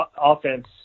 offense